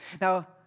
Now